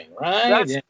right